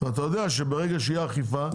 אתה יודע שברגע שתהיה אכיפה,